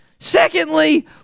Secondly